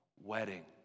wedding